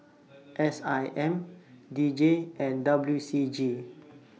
S I M D J and W C G